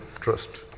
trust